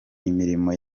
imirimo